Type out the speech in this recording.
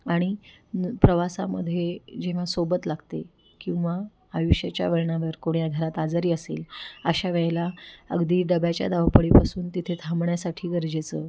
आणि प्रवासामध्ये जेव्हा सोबत लागते किंवा आयुष्याच्या वळणावर कोणी घरात आजारी असेल अशा वेळेला अगदी डब्याच्या धावपळीपासून तिथे थांबण्यासाठी गरजेचं